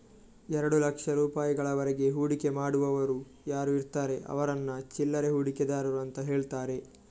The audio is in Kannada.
ಎರಡು ಲಕ್ಷ ರೂಪಾಯಿಗಳವರೆಗೆ ಹೂಡಿಕೆ ಮಾಡುವವರು ಯಾರು ಇರ್ತಾರೆ ಅವ್ರನ್ನ ಚಿಲ್ಲರೆ ಹೂಡಿಕೆದಾರರು ಅಂತ ಹೇಳ್ತಾರೆ